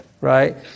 right